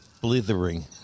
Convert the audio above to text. Blithering